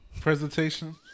presentation